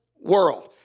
world